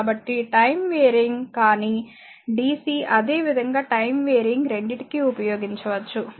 కాబట్టిటైమ్ varying కానీ dc అదేవిధంగా time varying రెండింటికి ఉపయోగించవచ్చు